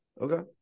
Okay